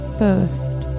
first